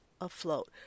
afloat